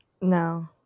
No